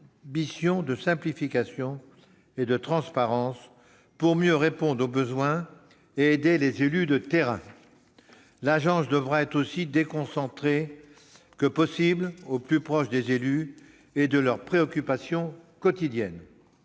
ambition de simplification et de transparence, pour mieux répondre aux besoins et aider les élus de terrain. Elle devra également être aussi déconcentrée que possible, pour agir au plus près des élus et de leurs préoccupations quotidiennes.